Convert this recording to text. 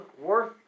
worth